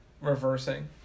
reversing